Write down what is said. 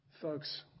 Folks